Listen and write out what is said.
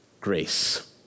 grace